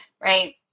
right